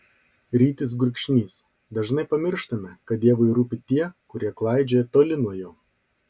rytis gurkšnys dažnai pamirštame kad dievui rūpi tie kurie klaidžioja toli nuo jo